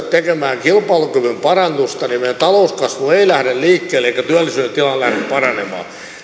tekemään kilpailukyvyn parannusta niin meidän talouskasvu ei lähde liikkeelle eikä työllisyystilanne lähde paranemaan